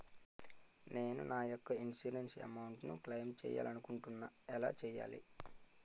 నేను నా యెక్క ఇన్సురెన్స్ అమౌంట్ ను క్లైమ్ చేయాలనుకుంటున్నా ఎలా చేయాలి?